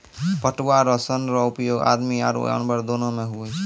पटुआ रो सन रो उपयोग आदमी आरु जानवर दोनो मे हुवै छै